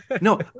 No